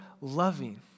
loving